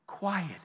quiet